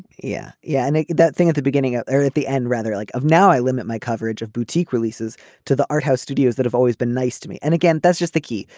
yeah yeah. and that thing at the beginning there at the end rather like of now i limit my coverage of boutique releases to the art house studios that have always been nice to me. and again that's just the key.